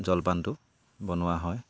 জলপানটো বনোৱা হয়